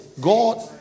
God